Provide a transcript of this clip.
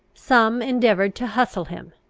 some endeavoured to hustle him,